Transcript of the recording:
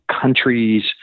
countries